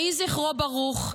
יהי זכרו ברוך.